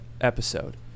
episode